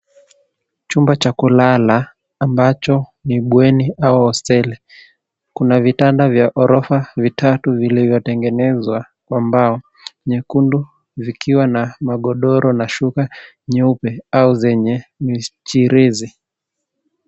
Chumba cha kulala ambacho ni bweni au hosteli, kuna vitanda vya orofa vitatu vilivyotengenezwa kwa mbao nyekundu vikiwa na magodoro na shuka nyeupe au zenye michirizi.